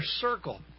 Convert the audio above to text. circle